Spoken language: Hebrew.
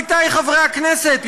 עמיתי חברי הכנסת,